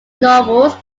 novels